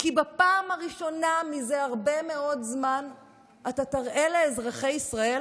כי בפעם הראשונה מזה הרבה מאוד זמן אתה תראה לאזרחי ישראל